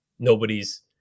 nobody's